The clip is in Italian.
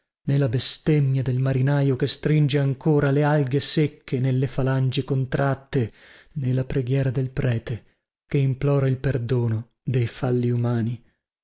nè la bestemmia del marinaio che stringe ancora le alighe secche nelle falangi disperate nè la preghiera del prete che implora il perdono dei falli umani